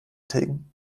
tilgen